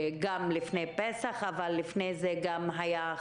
לפני חג הפסח כשלפני כן כבר